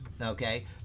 okay